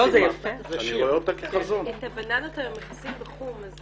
את הבננות היום מכסים בחום.